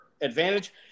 advantage